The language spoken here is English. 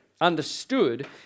understood